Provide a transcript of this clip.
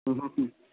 তোমাকে